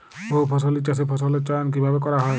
বহুফসলী চাষে ফসলের চয়ন কীভাবে করা হয়?